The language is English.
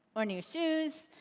or new shoes,